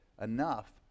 enough